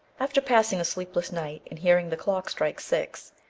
after passing a sleepless night, and hearing the clock strike six,